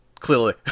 clearly